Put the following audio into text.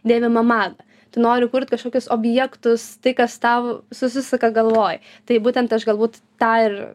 dėvimą madą tu nori kurt kažkokius objektus tai kas tau susisuka galvoj tai būtent aš galbūt tą ir